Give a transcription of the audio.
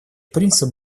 принцип